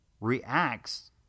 reacts